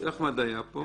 אחמד טיבי היה פה